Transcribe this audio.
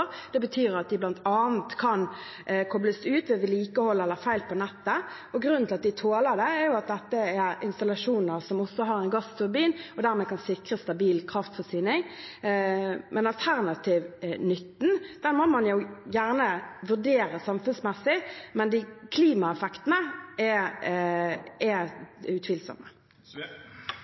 Det betyr at de bl.a. kan koples ut ved vedlikehold eller feil på nettet. Grunnen til at de tåler det, er at dette er installasjoner som også har en gassturbin, og dermed kan sikre stabil kraftforsyning. Alternativnytten må man gjerne vurdere samfunnsmessig, men klimaeffektene er utvilsomme.